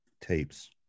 tapes